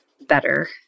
better